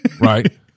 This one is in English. Right